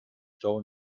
stau